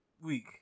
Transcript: week